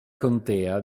contea